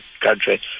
country